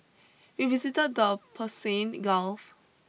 we visited the Persian Gulf